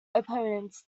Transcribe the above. opponents